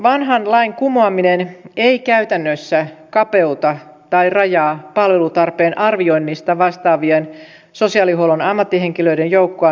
vanhan lain kumoaminen ei käytännössä kapeuta tai rajaa palvelutarpeen arvioinnista vastaavien sosiaalihuollon ammattihenkilöiden joukkoa nykyisestä